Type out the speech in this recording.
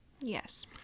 Yes